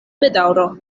bedaŭro